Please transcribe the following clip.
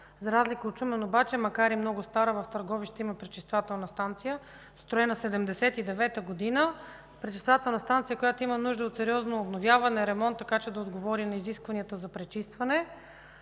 За разлика от Шумен обаче, макар и много стара, в Търговище има пречиствателна станция строена през 1979 г. – пречиствателна станция, която има нужда от сериозно обновяване и ремонт, така че да отговори на изискванията за пречистване.